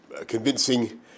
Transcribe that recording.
convincing